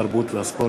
התרבות והספורט.